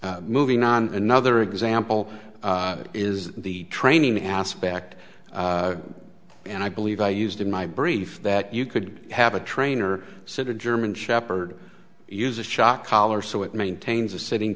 moving on another example is the training aspect and i believe i used in my brief that you could have a trainer sit a german shepherd use a shock collar so it maintains a sitting